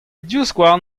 divskouarn